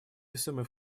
весомый